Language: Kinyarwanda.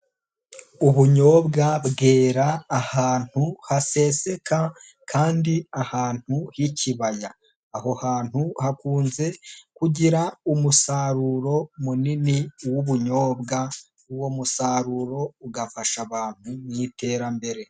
Ubunyobwa bwera ahantu haseseka kandi ahantu h'ikibaya. Aho hantu hakunze kugira umusaruro munini w'ubunyobwa, uwo musaruro ugafasha abantu mu iterambere.